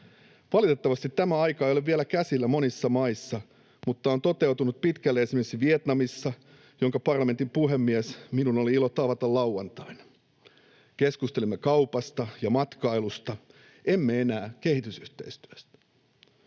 Valitettavasti tämä aika ei ole vielä käsillä monissa maissa, mutta on toteutunut pitkälti esimerkiksi Vietnamissa, jonka parlamentin puhemies minun oli ilo tavata lauantaina. Keskustelimme kaupasta ja matkailusta, emme enää kehitysyhteistyöstä.